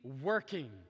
working